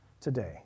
today